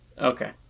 Okay